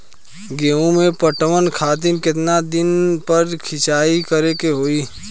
गेहूं में पटवन खातिर केतना दिन पर सिंचाई करें के होई?